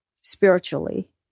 spiritually